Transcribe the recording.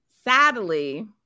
sadly